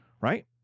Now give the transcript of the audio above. right